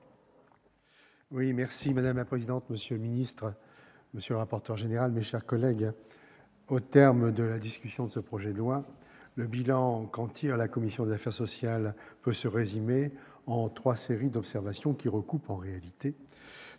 la motion. Madame la présidente, monsieur le secrétaire d'État, monsieur le rapporteur général, mes chers collègues, au terme de la discussion de ce projet de loi, le bilan qu'en tire la commission des affaires sociales peut se résumer à trois séries d'observations, qui recoupent en réalité